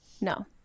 no